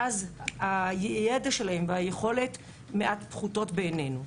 ואז הידע שלהם והיכולת מעט פחותות בעינינו.